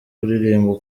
kuririmba